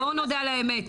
בואו נודה באמת.